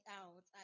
out